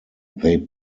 they